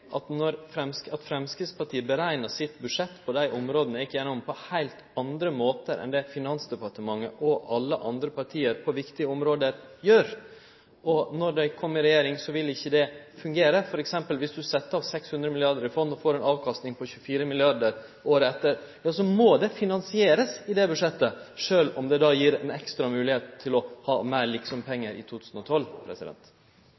område. Når dei partia kjem i regjering, vil ikkje det fungere. Dersom du f.eks. set av 600 mrd. kr i fond og får ei avkasting på 24 mrd. kr året etter, må det finansierast i det budsjettet, sjølv om det då gir ei ekstra moglegheit til å ha meir